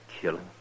killing